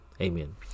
Amen